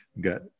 got